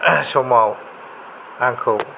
समाव आंखौ